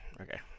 Okay